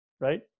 right